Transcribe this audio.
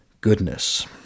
goodness